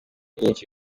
nyinshi